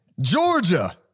Georgia